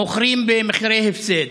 מוכרים במחירי הפסד.